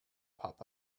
pop